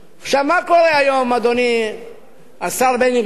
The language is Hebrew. עכשיו, מה קורה היום, אדוני השר בני בגין?